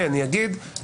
אני גם לא הבנתי.